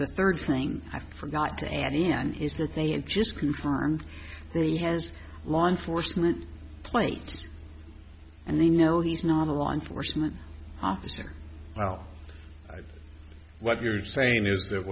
the third thing i forgot to add again is that they had just confirmed that he has law enforcement plates and they know he's not a law enforcement officer well what you're saying is that